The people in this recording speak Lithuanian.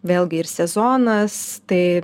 vėlgi ir sezonas tai